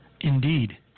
Indeed